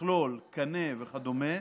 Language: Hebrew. מכלול, קנה וכדומה,